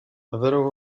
there